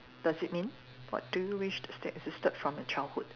does it mean what do you wish still existed from your childhood